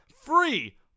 free